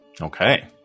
Okay